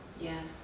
Yes